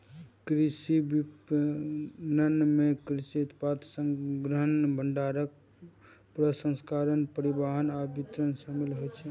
कृषि विपणन मे कृषि उत्पाद संग्रहण, भंडारण, प्रसंस्करण, परिवहन आ वितरण शामिल होइ छै